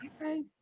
Okay